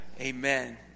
Amen